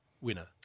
winner